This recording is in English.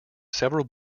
several